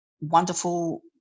wonderful